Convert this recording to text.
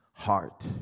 heart